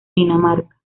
dinamarca